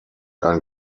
ein